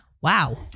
wow